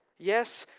yes,